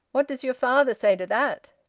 what does your father say to that?